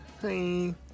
hey